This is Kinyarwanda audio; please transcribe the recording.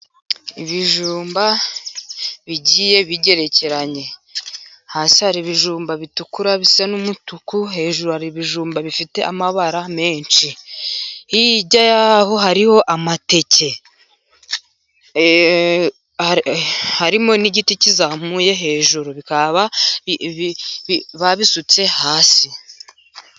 Ibijumba bigiye bigerekeranye hasi hari ibijumba bitukura bisa n'umutuku , hejuru hari ibijumba bifite amabara menshi hirya y'aho hariho amateke , harimo n'igiti kizamuye hejuru, bakaba babisutse hasi.